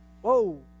Whoa